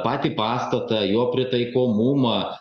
patį pastatą jo pritaikomumą